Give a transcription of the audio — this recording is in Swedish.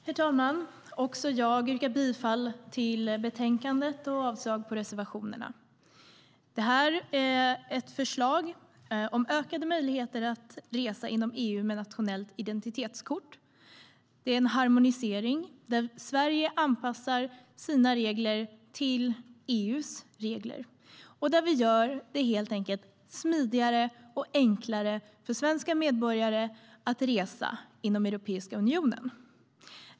Herr talman! Också jag yrkar bifall till förslaget i betänkandet och avslag på reservationerna. Det här är ett förslag om ökade möjligheter att resa inom EU med nationellt identitetskort. Det är en harmonisering där Sverige anpassar sina regler till EU:s regler och där vi helt enkelt gör det smidigare och enklare för svenska medborgare att resa inom Europeiska unionen.